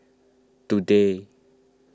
today